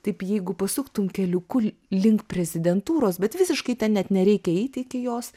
taip jeigu pasuktum keliuku link prezidentūros bet visiškai ten net nereikia eiti iki jos